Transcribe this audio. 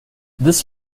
this